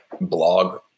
blog